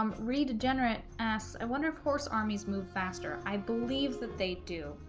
um regenerant ass i wonder if horse armies move faster i believe that they do